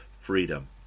freedom